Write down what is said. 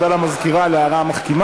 ותודה למזכירה על ההערה המחכימה.